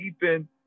deepen